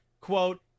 quote